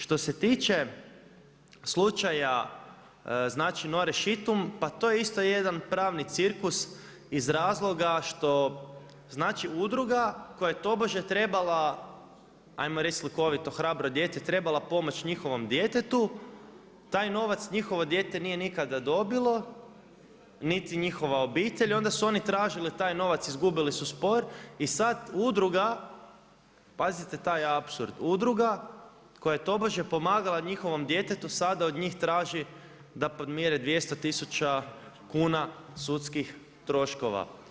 Što se tiče slučaja Nore Šitum, pa to je isto jedan pravni cirkus iz razloga što znači udruga koja je tobože trebala hajmo reći hrabro dijete trebala pomoći njihovom djetetu, taj novac njihovo dijete nije nikada dobilo niti njihova obitelj, onda su oni tražili taj novac i izgubili su spor i sada Udruga, pazite taj apsurd Udruga koja je tobože pomagala njihovom djetetu sada od njih traži da podmire 200 tisuća kuna sudskih troškova.